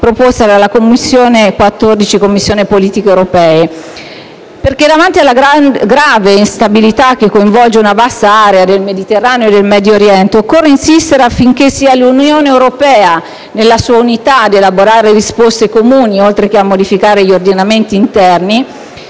proposta dalla 14a Commissione sulle politiche europee nel Mediterraneo. Infatti, davanti alla grave instabilità che coinvolge una vasta area del Mediterraneo e del Medio Oriente, occorre insistere affinché sia l'Unione europea nella sua unità ad elaborare risposte comuni (oltre che a modificare gli ordinamenti interni),